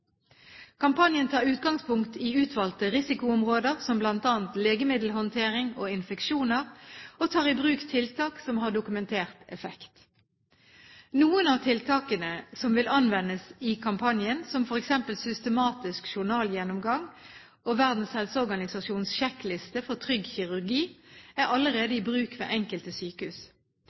Kampanjen tar utgangspunkt i utvalgte risikoområder som bl.a. legemiddelhåndtering og infeksjoner og tar i bruk tiltak som har dokumentert effekt. Noen av tiltakene som vil anvendes i kampanjen, som f.eks. systematisk journalgjennomgang og WHOs sjekkliste for trygg kirurgi, er allerede i bruk ved enkelte sykehus.